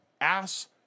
ass